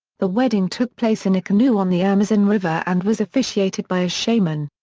the wedding took place in a canoe on the amazon river and was officiated by a shaman.